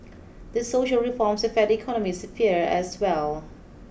these social reforms affect the economic sphere as well